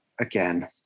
Again